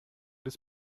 des